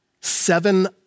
seven